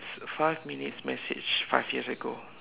five minutes message five years ago